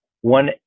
one